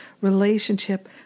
Relationship